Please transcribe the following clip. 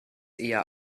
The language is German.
eher